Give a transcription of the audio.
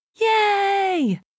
yay